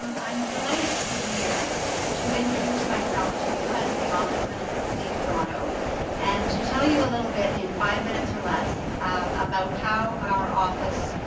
um i'm delighted to be here to introduce myself to you as the ombudsman of the city of toronto and to tell you a little bit in five minutes or less about how our office,